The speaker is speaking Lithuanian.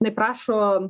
jinai prašo